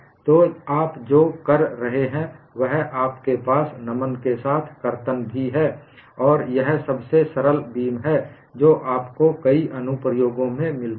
तो आप जो कर रहे हैं वह आपके पास नमन के साथ साथ कर्तन भी है और यह सबसे सरल बीम है जो आपको कई अनुप्रयोगों में मिलती है